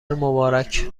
مبارک